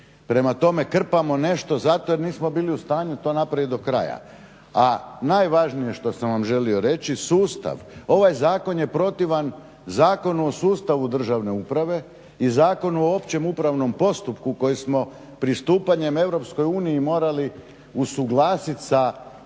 Prema tome krpamo nešto zato jer nismo bili u stanju to napraviti do kraja. A najvažnije što sam vam želio reći, sustav, ovaj zakon je protivan Zakon o sustavu državne uprave i Zakonu o općem upravnom postupku koji smo pristupanjem EU morali usuglasiti sa